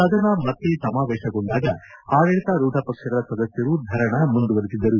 ಸದನ ಮತ್ತೆ ಸಮಾವೇಶಗೊಂಡಾಗ ಆಡಳಿತಾರೂಢ ಪಕ್ಷಗಳ ಸದಸ್ವರು ಧರಣಿ ಮುಂದುವರಿಸಿದರು